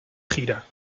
gira